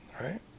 Right